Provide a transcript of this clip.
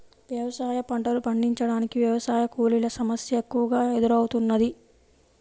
వ్యవసాయ పంటలు పండించటానికి వ్యవసాయ కూలీల సమస్య ఎక్కువగా ఎదురౌతున్నది